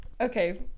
Okay